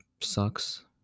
sucks